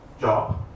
job